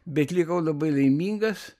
bet likau labai laimingas